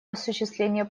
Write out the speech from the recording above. осуществления